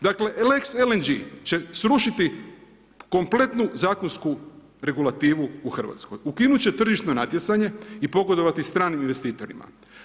Dakle lex LNG će srušiti kompletnu zakonsku regulativu u Hrvatskoj, ukinut će tržišno natjecanje i pogodovati stranim investitorima.